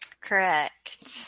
Correct